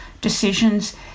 decisions